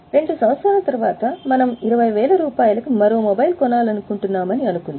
2 సంవత్సరాల తరువాత మనం 20000 రూపాయలు కి మరో మొబైల్ కొనాలనుకుంటున్నామని అనుకుందాం